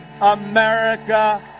America